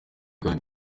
kandi